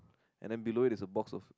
and then below is the box of